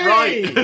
right